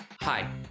Hi